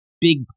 big